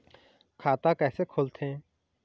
खाता कइसे खोलथें?